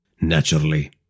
Naturally